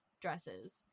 dresses